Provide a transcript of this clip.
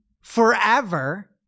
forever